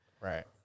Right